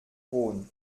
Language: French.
rhône